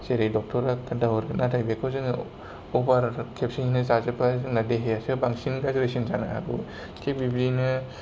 जेरै डक्टरा खोनथा होरगोन आरो बेखौ जोङो ओबार खेबसेयैनो जाजोबबा जोंना देहायासो बांसिन गाज्रिसिन जानो हागौ थिग बिदिनो